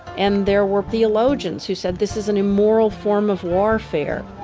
and there were theologians who said, this is an immoral form of warfare